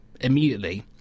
immediately